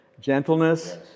gentleness